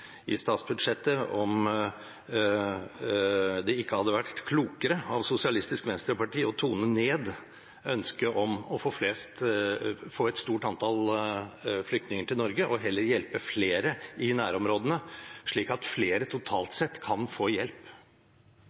i statsbudsjettet, hadde det ikke vært klokere av SV å tone ned ønsket om å få et stort antall flyktninger til Norge og heller hjelpe flere i nærområdene, slik at flere totalt sett kan få hjelp?